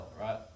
right